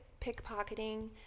pickpocketing